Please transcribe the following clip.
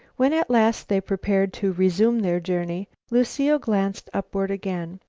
when at last they prepared to resume their journey, lucile glanced upward again.